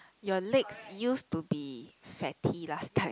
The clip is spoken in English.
your legs used to be fatty last time